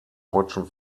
deutschen